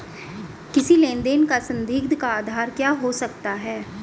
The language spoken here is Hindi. किसी लेन देन का संदिग्ध का आधार क्या हो सकता है?